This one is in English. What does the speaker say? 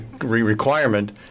requirement –